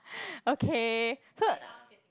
okay so